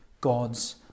God's